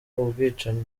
ubwicanyi